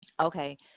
Okay